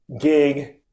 gig